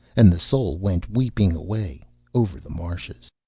and the soul went weeping away over the marshes.